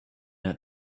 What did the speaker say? that